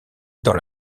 dans